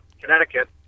Connecticut